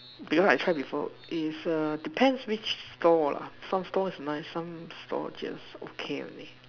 because I tried before depends on which store la some store nice some store okay only